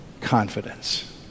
confidence